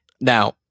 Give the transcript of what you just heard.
Now